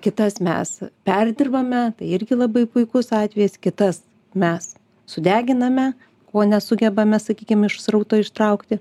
kitas mes perdirbame tai irgi labai puikus atvejis kitas mes sudeginame ko nesugebame sakykim iš srauto ištraukti